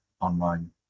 online